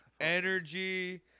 energy